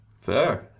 fair